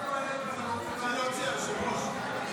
תתחיל להוציא, היושב-ראש.